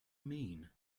mean